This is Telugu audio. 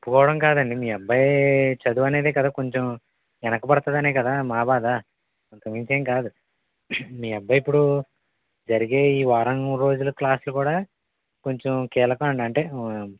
ఒప్పుకోవడం కాదండి మీ అబ్బాయి చదువనేదే కదా కొంచుం వెనకబడతదనే కదా మా బాధ అంతకు మించి ఏం కాదు మీ అబ్బాయి ఇప్పుడు జరిగే ఈ వారం రోజుల క్లాసులు కూడా కొంచుం కీలకం అండి అంటే